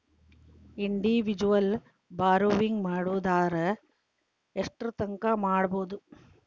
Individual borrowing ಮಾಡೊದಾರ ಯೆಷ್ಟರ್ತಂಕಾ ಮಾಡ್ಬೋದು?